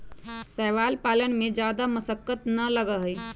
शैवाल पालन में जादा मशक्कत ना लगा हई